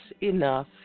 Enough